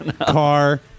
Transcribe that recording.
Car